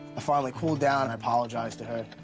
finally cooled down, i apologized to her,